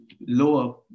lower